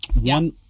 One